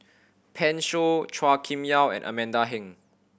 Pan Shou Chua Kim Yeow and Amanda Heng